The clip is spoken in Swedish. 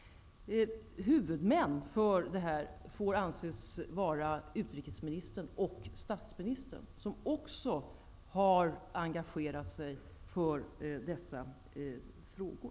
Huvudmän för det här får anses vara utrikesministern och statsministern, som också har engagerat sig i dessa frågor.